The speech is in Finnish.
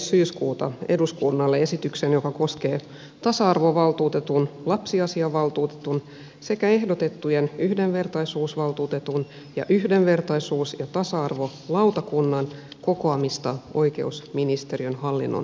syyskuuta eduskunnalle esityksen joka koskee tasa arvovaltuutetun lapsiasiainvaltuutetun sekä ehdotettujen yhdenvertaisuusvaltuutetun ja yhdenvertaisuus ja tasa arvolautakunnan kokoamista oikeusministeriön hallinnonalalle